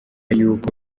y’uko